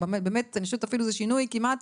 אני חושבת אפילו זה שינוי כמעט